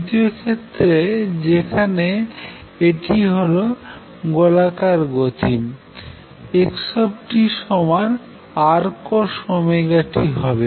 তৃতীয় ক্ষেত্রে যেখানে এটি হল গোলাকার গতি x সমান Rcosωtহবে